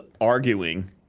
arguing